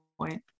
point